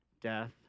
death